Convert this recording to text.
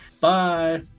Bye